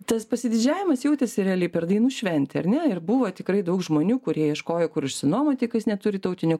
tas pasididžiavimas jautėsi realiai per dainų šventę ar ne ir buvo tikrai daug žmonių kurie ieškojo kur išsinuomoti kas neturi tautinio